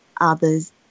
others